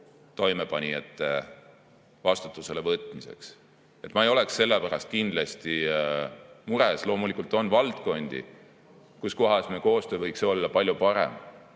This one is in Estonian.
toimepanijate vastutusele võtmiseks. Ma ei oleks selle pärast kindlasti mures. Loomulikult on valdkondi, kus me koostöö võiks olla palju parem,